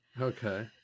Okay